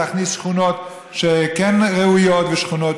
להכניס שכונות שכן ראויות ושכונות